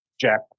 jack